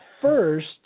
first